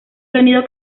sonido